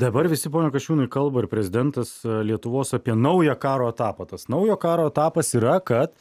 dabar visi pone kasčiūnai kalba ir prezidentas lietuvos apie naują karo etapą tas naujo karo etapas yra kad